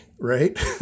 right